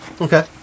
Okay